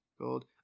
gold